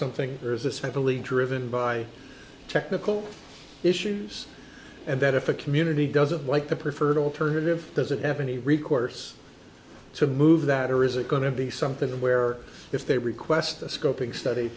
something or is especially driven by technical issues and that if a community doesn't like the preferred alternative does it have any recourse to move that or is it going to be something where if they request a scoping study